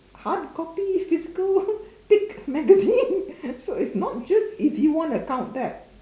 hard copy physical thick magazine so it's not just if you want to count that